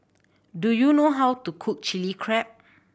do you know how to cook Chilli Crab